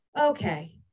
Okay